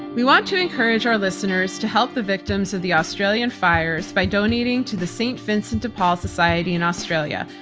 we want to encourage our listeners to help the victims of the australian fires by donating to the st. vincent de paul society in australia,